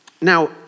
Now